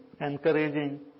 encouraging